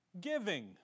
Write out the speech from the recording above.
giving